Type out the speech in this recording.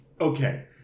Okay